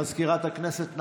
מזכירת הכנסת,